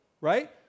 right